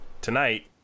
tonight